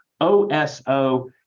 OSO